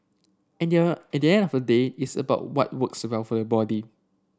at the end at the end of the day it's about what works well for your body